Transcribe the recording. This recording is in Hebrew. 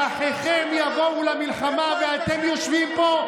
"האחיכם יבואו למלחמה" ואתם יושבים פה,